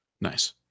Nice